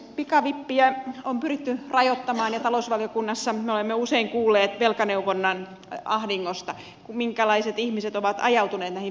pikavippejä on pyritty rajoittamaan ja talousvaliokunnassa me olemme usein kuulleet velkaneuvonnan ahdingosta minkälaiset ihmiset ovat ajautuneet näihin pikavippikierteisiin